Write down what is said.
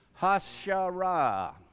Hashara